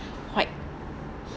white